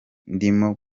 ndimo